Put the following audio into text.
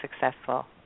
successful